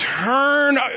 Turn